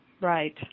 Right